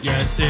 Yes